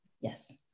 Yes